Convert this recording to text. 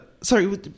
Sorry